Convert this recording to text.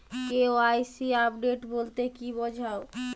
KYC update বলতে কি বোঝায়?